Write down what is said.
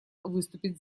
выступить